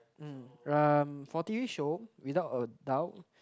mm um for t_v show without a doubt